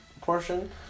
portion